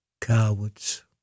cowards